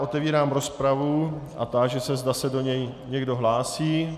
Otevírám rozpravu a táži se, zda se do ní někdo hlásí.